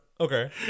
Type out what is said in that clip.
Okay